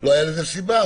לא הייתה לזה סיבה.